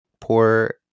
poor